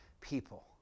people